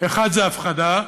האחד הוא הפחדה,